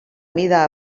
mida